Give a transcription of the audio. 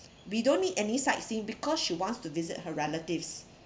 we don't need any sightseeing because she wants to visit her relatives